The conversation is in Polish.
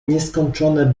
nieskończone